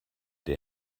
der